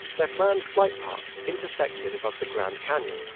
their planned flight paths intersected above the grand canyon,